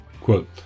quote